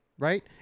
Right